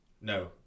No